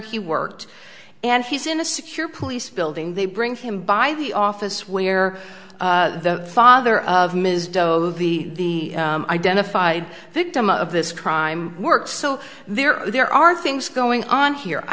he worked and he's in a secure police building they bring him by the office where the father of ms doe the identified victim of this crime works so there are there are things going on here i